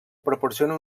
proporciona